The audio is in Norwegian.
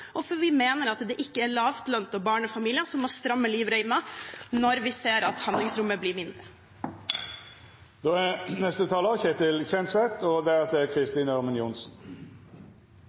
– fordi vi må redusere forskjellene, og fordi vi mener at det ikke er lavtlønte barnefamilier som må stramme livreima når vi ser at handlingsrommet blir mindre.